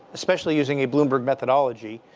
especially using a bloomberg methodology.